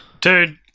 dude